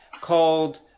called